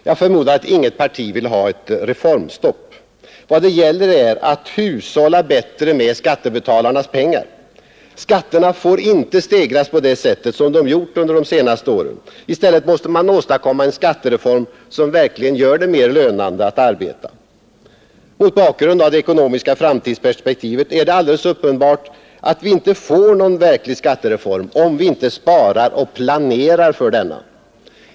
Jag förmodar att inget parti vill ha ett reformstopp. Vad det gäller är att hushålla bättre med skattebetalarnas pengar. Skatterna får inte stegras på det sätt som de gjort under de senaste åren. I stället måste man åstadkomma en skattereform, som verkligen gör det mer lönande att arbeta. Mot bakgrund av det ekonomiska framtidsperspektivet är det alldeles uppenbart, att vi får inte någon verklig skattereform om vi inte sparar och planerar för denna.